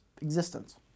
existence